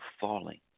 falling